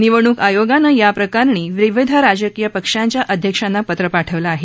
निवडणूक आयोगानं याप्रकरणी विविध राजकीय पक्षांच्या अध्यक्षांना पत्र पाठवलं आहे